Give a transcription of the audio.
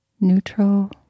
neutral